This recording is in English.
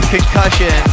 Concussion